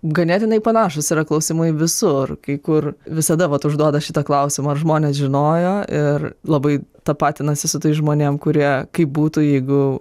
ganėtinai panašūs yra klausimai visur kai kur visada vat užduoda šitą klausimą ar žmonės žinojo ir labai tapatinasi su tais žmonėm kurie kaip būtų jeigu